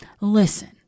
listen